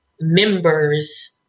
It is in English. members